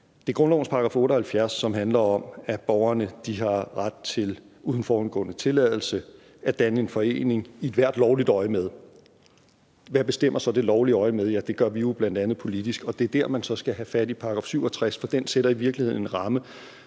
er det grundlovens § 78, som handler om, at borgerne har ret til uden foregående tilladelse at danne en forening i ethvert lovligt øjemed. Hvem bestemmer så, hvad der er lovligt øjemed? Ja, det gør vi jo bl.a. politisk, og det er der, man så skal have fat i § 67, for den sætter i virkeligheden en ramme